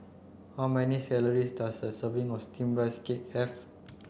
how many does a serving of steamed rice cake have